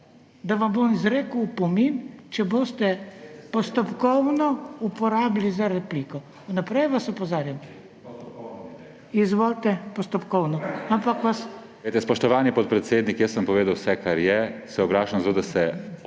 da vam bom izrekel opomin, če boste postopkovno uporabili za repliko. Vnaprej vas opozarjam. Izvolite, postopkovno. **MATJAŽ NEMEC (PS SD):** Spoštovani podpredsednik, jaz sem povedal vse, kar je. Se oglašam zato, da se odpovem